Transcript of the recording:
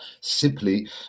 simply